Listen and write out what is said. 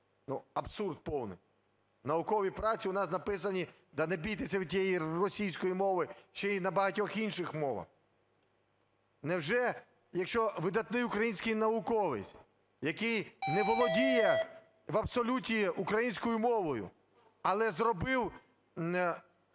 абсурд повний. Наукові праці у нас написані -да не бійтеся ви тієї російської мови, - ще й на багатьох інших мовах. Невже, якщо видатний український науковець, який не володіє в абсолюті українською мовою, але зробив